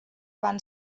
van